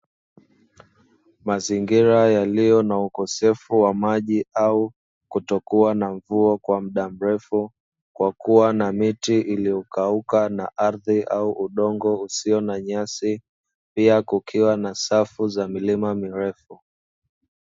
Mazingira yaliyo na ukosefu wa maji au kutokuwa na mvua kwa muda mrefu kwa kuwa na miti iliyokauka, na ardhi au udongo usio na nyasi pia kukiwa na safu za milima mirefu.